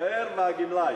הסוהר והגמלאי.